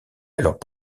alors